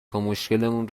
تامشکلمون